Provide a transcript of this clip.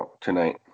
tonight